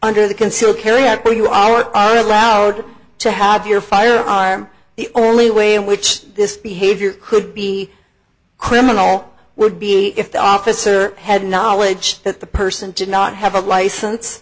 after you are are allowed to have your firearm the only way in which this behavior could be criminal would be if the officer had knowledge that the person did not have a license